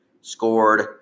scored